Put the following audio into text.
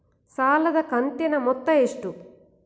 ಸಾಲದ ಕಂತಿನ ಮೊತ್ತ ಎಷ್ಟು?